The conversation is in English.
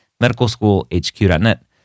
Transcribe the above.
Medicalschoolhq.net